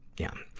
yeah.